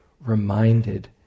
reminded